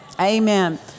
Amen